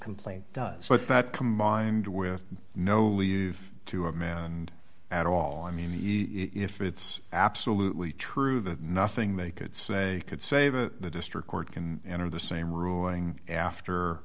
complaint does but that combined with no leave to a man and at all i mean if it's absolutely true that nothing they could say could save the district court can enter the same ruling after